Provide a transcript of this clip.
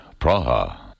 Praha